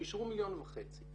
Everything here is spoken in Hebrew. ואישרו מיליון וחצי.